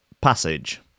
Passage